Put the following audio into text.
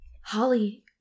Holly